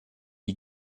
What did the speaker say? you